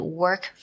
work